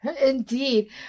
Indeed